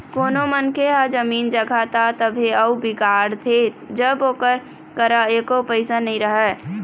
कोनो मनखे ह अपन जमीन जघा ल तभे अउ बिगाड़थे जब ओकर करा एको पइसा नइ रहय